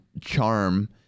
charm